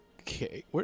Okay